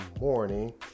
morning